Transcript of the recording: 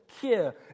care